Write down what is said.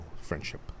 friendship